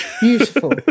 Beautiful